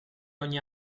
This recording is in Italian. ogni